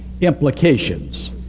implications